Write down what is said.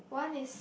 one is